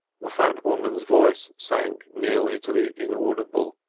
the fat woman's voice sank nearly to the inaudible.